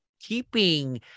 keeping